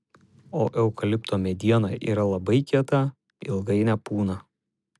o eukalipto mediena yra labai kieta ilgai nepūna